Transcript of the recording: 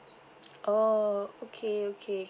oh okay okay